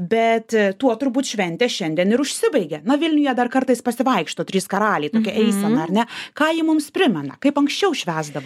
bet tuo turbūt šventė šiandien ir užsibaigia na vilniuje dar kartais pasivaikšto trys karaliai tokia eisena ar ne ką ji mums primena kaip anksčiau švęsdavo